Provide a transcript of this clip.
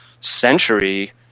Century